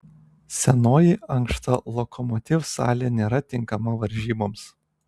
senoji ankšta lokomotiv salė nėra tinkama varžyboms